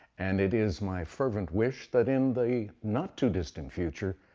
and it is my fervent wish that in the not too distant future,